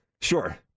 Sure